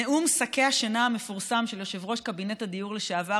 נאום שקי השינה המפורסם של יושב-ראש קבינט הדיור לשעבר,